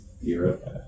europe